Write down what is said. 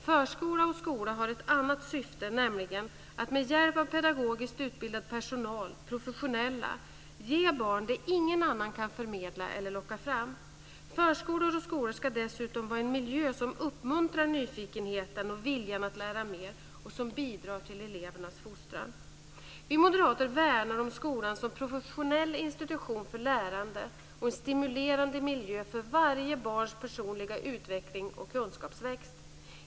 Förskola och skola har ett annat syfte, nämligen att med hjälp av pedagogiskt utbildad personal, professionella, ge barn vad ingen annan kan förmedla eller locka fram. Förskolan och skolan ska dessutom vara en miljö som uppmuntrar nyfikenheten och viljan att lära mer och som bidrar till elevernas fostran. Vi moderater värnar om skolan som en professionell institution för lärande och en stimulerande miljö för varje barns personliga utveckling och kunskapsväxt.